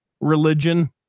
religion